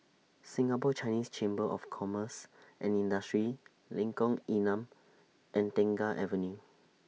Singapore Chinese Chamber of Commerce and Industry Lengkong Enam and Tengah Avenue